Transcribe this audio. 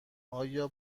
آیا